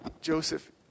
Joseph